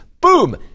boom